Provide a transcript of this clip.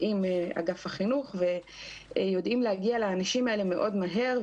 עם אגף החינוך ויודעים להגיע לאנשים האלה מאוד מהר.